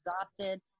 exhausted